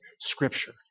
Scripture